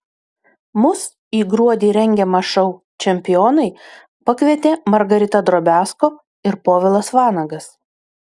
mus į gruodį rengiamą šou čempionai pakvietė margarita drobiazko ir povilas vanagas